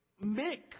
make